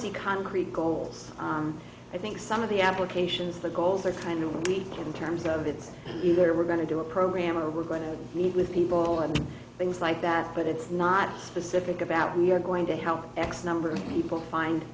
to see concrete goals i think some of the applications the goals are kind of in terms of it's either we're going to do a program or we're going to meet with people and things like that but it's not specific about where you're going to help x number of people find